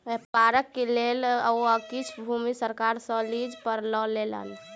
व्यापारक लेल ओ किछ भूमि सरकार सॅ लीज पर लय लेलैन